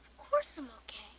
course i'm okay.